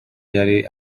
yari